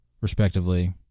respectively